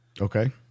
Okay